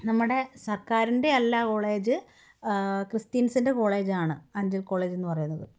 നമ്മുടെ സർക്കാരിൻ്റെ അല്ലാ കോളേജ് ക്രിസ്ത്യൻസിൻ്റെ കോളേജാണ് അഞ്ചൽ കോളേജെന്നു പറയുന്നത്